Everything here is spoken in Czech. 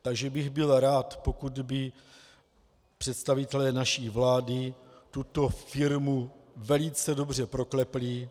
Takže bych byl rád, pokud by představitelé naší vlády tuto firmu velice dobře proklepli.